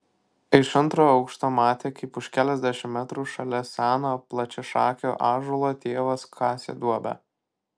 iš antro aukšto matė kaip už keliasdešimt metrų šalia seno plačiašakio ąžuolo tėvas kasė duobę